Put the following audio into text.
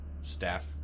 staff